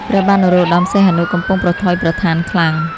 ព្រះបាទនរោត្តម សីហនុកំពុងប្រថុយប្រថានខ្លាំង។